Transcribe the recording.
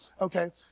Okay